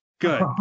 Good